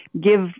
give